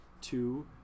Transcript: two